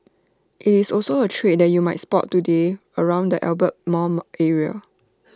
IT is also A trade that you might spot today around the Albert mall area